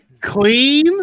clean